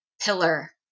pillar